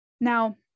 Now